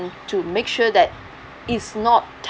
to make sure that it's not